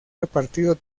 repartido